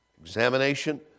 Examination